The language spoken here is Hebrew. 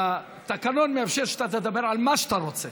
התקנון מאפשר שאתה תדבר על מה שאתה רוצה,